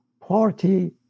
party